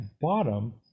bottom